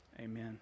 Amen